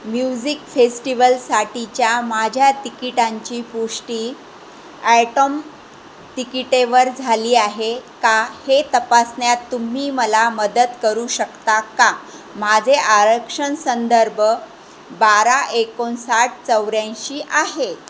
music फेस्टिवलसाठीच्या माझ्या तिकिटांची पुष्टी आयटम तिकिटेवर झाली आहे का हे तपासण्यात तुम्ही मला मदत करू शकता का माझे आरक्षण संदर्भ बारा एकोणसाठ चौऱ्यांऐशी आहे